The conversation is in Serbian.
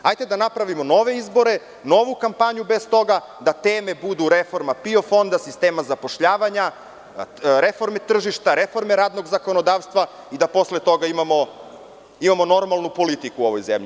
Hajde da napravimo nove izbore, novu kampanju bez toga, da teme budu reforma PIO fonda, sistema zapošljavanja, reforme tržišta, reforme radnog zakonodavstva i da posle toga imamo normalnu politiku u ovoj zemlji.